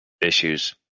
issues